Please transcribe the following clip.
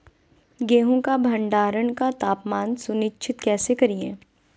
गेहूं का भंडारण का तापमान सुनिश्चित कैसे करिये?